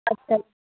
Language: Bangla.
আচ্ছা